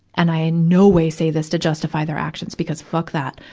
and i in no way say this to justify their action, because fuck that.